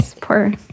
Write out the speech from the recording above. poor